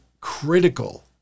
critical